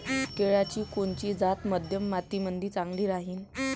केळाची कोनची जात मध्यम मातीमंदी चांगली राहिन?